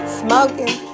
smoking